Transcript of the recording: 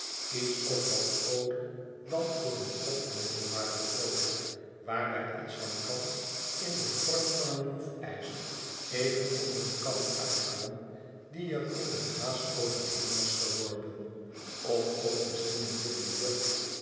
iets of wat grooter dan voor een pop van middelbare grootte waarbij iets van kant in den vorm van een hoefijzer even onder de kant uitkwam die er in der haast overheen was geworpen of ook misschien een witte jurk